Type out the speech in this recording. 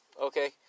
Okay